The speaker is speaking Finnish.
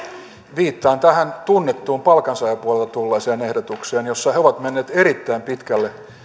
viittaan tähän tunnettuun palkansaajapuolelta tulleeseen ehdotukseen jossa he ovat menneet erittäin pitkälle